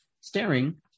staring